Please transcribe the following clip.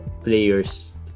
players